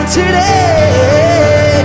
today